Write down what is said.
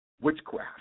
witchcraft